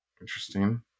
Interesting